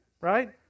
Right